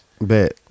Bet